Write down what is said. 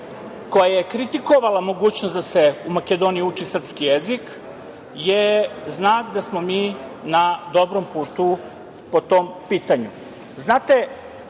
koja je kritikovala mogućnost da se u Makedoniji uči srpski jezik je znak da smo mi na dobrom putu po tom pitanju. Znate,